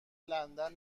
لندن